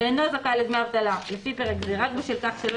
ואינו זכאי לדמי אבטלה לפי פרק זה רק בשל כך שלא